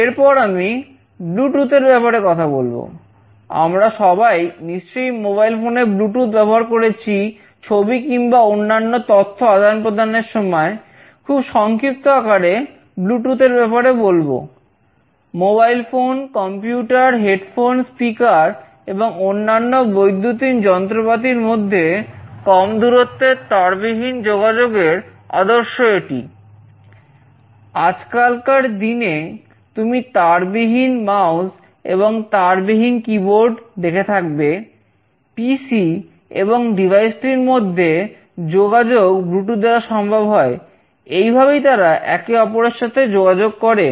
এরপর আমি ব্লুটুথ দ্বারা সম্ভব হয় এই ভাবেই তারা একে অপরের সাথে যোগাযোগ করে